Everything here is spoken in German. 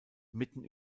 mitten